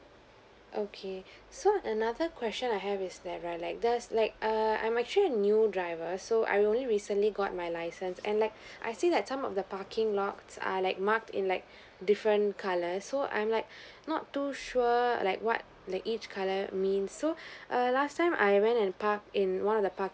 okay so another question I have is that right like there's like err I'm actually a new driver so I only recently got my license and like I see that some of the parking lots are like marked in like different colours so I'm like not too sure like what that each colour means so err last time I went and parked in one of the parking